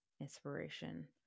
inspiration